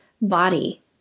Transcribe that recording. body